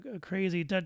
crazy